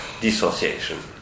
dissociation